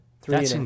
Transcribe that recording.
three